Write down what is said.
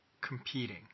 competing